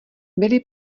byly